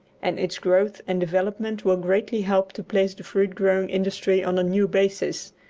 and its growth and development will greatly help to place the fruit-growing industry on a new basis,